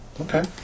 okay